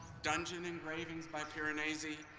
dungeon engravings by piranesi,